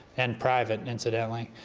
and private incidentally,